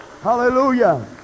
hallelujah